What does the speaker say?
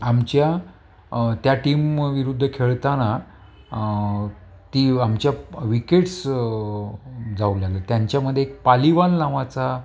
आमच्या त्या टीम विरुद्ध खेळताना ती आमच्या विकेट्स जाऊ लागले त्यांच्यामध्ये एक पालिवाल नावाचा